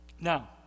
Now